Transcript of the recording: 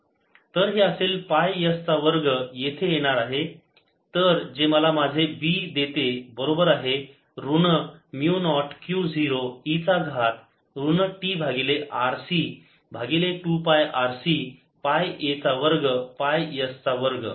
तर हे असेल पाय s चा वर्ग येथे येणार आहे तर जे मला माझे B देते बरोबर आहे ऋण म्यु नॉट Q 0 e चा घात ऋण t भागिले RC भागिले 2 पाय RC पाय a चा वर्ग पाय s चा वर्ग